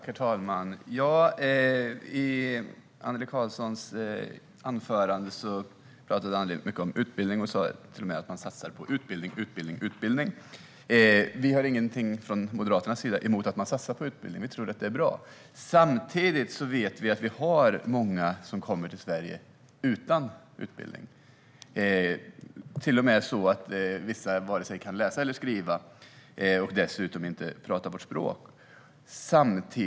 Herr talman! Annelie Karlsson talade mycket om utbildning i sitt anförande. Hon sa till och med att man satsar på "utbildning, utbildning, utbildning". Vi har från Moderaternas sida ingenting emot att man satsar på utbildning, utan vi tror att det är bra. Samtidigt vet vi att många kommer till Sverige utan utbildning. Det är till och med så att vissa varken kan läsa eller skriva och dessutom inte talar vårt språk.